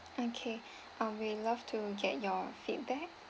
okay ah we'd love to get your feedback